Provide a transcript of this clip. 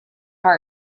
your